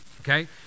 Okay